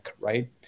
right